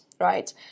right